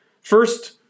First